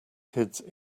kids